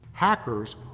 Hackers